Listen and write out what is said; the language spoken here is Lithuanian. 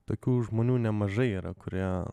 tokių žmonių nemažai yra kurie